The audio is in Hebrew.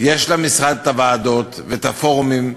יש למשרד הוועדות והפורומים,